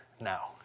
now